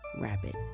rabbit